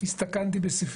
אסורה הכנסת שלטים,